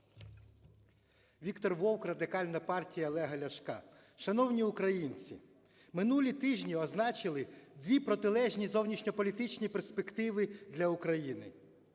Віктор Вовк, Радикальна партія Олега Ляшка. Шановні українці! Минулі тижні означили дві протилежні зовнішньополітичні перспективи для України.